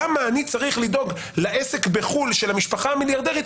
למה אני צריך לדאוג לעסק בחו"ל של המשפחה המיליארדרית